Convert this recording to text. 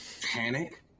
panic